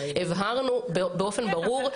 הבהרנו באופן ברור --- בסדר.